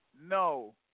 No